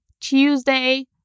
Tuesday